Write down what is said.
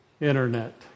internet